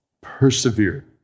Persevere